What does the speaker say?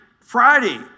Friday